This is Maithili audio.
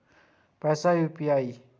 पैसा यू.पी.आई?